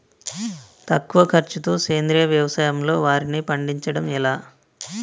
తక్కువ ఖర్చుతో సేంద్రీయ వ్యవసాయంలో వారిని పండించడం ఎలా?